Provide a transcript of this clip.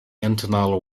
internal